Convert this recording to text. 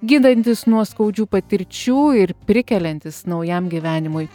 gydantis nuo skaudžių patirčių ir prikeliantis naujam gyvenimui